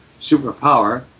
superpower